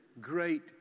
great